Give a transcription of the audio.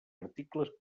articles